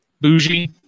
bougie